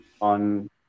on